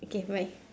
okay bye